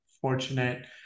fortunate